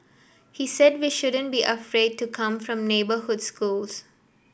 he said we shouldn't be afraid to come from neighbourhood schools